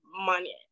money